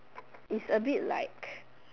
is a bit like